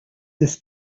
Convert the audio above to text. this